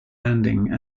landing